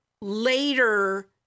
later